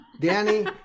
Danny